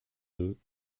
deux